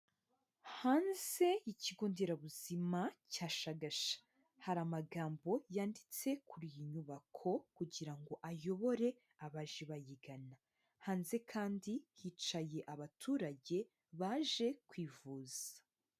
Hanze y'ikigo nderabuzima cya shagasha, hari amagambo yanditse kuri iyi nyubako kugira ngo ayobore abaje bayigana, hanze kandi hicaye abaturage baje kwivuza.